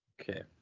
Okay